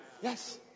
Yes